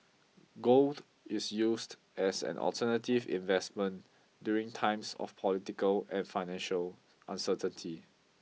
gold is used as an alternative investment during times of political and financial uncertainty